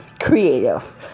creative